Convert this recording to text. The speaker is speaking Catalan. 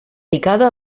picada